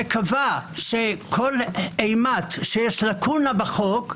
שקבע שכל אימת שיש לקונה בחוק,